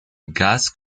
gas